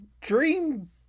dream